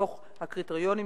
בתוך הקריטריונים,